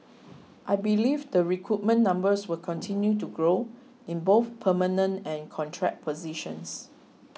I believe the recruitment numbers will continue to grow in both permanent and contract positions